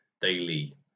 daily